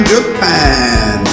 Japan